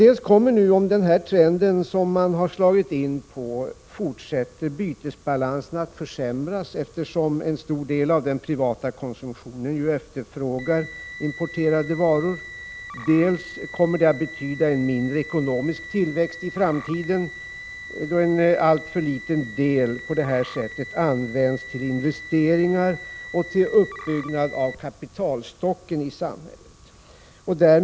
Dels kommer — om den trend fortsätter som nu gäller — bytesbalansen att försämras, eftersom en stor del av den privata konsumtionen efterfrågar importerade varor. Dels kommer vi att få en minskad ekonomisk tillväxt i framtiden, då en alltför liten del av resurserna används till investeringar till uppbyggnad av kapitalstocken i samhället.